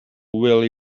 will